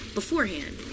beforehand